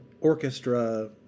orchestra